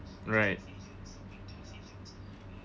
right